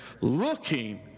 looking